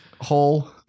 hole